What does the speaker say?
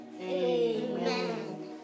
Amen